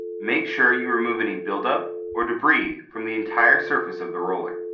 make sure you remove any buildup or debris from the entire surface of the roller.